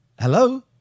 Hello